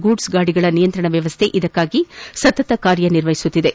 goods ಗಾಡಿಗಳ ನಿಯಂತ್ರಣ ವ್ಯವಸ್ಥೆ ಇದಕ್ಕಾಗಿ ಸತತ ಕಾರ್ಯನಿರ್ವಹಿಸುತ್ತಿವೆ